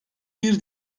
bir